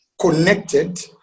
connected